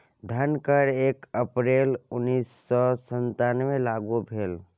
धन कर एक अप्रैल उन्नैस सौ सत्तावनकेँ लागू भेल